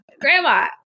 Grandma